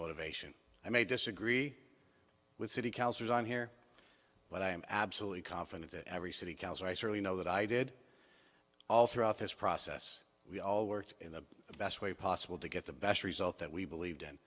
motivation i may disagree with city councillors on here but i am absolutely confident that every city councillor i certainly know that i did all throughout this process we all worked in the best way possible to get the best result that we believed and